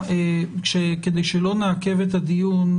כדי שלא נעכב את הדיון,